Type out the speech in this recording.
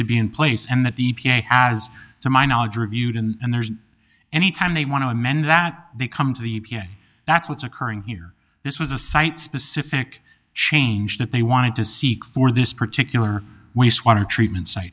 to be in place and that the p a has to my knowledge reviewed and there's any time they want to amend that they come to the v a that's what's occurring here this was a site specific change that they wanted to seek for this particular wastewater treatment site